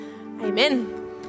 amen